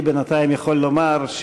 בינתיים אני יכול לומר,